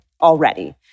already